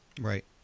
Right